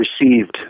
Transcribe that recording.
received